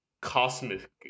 cosmic